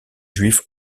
juifs